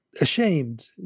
ashamed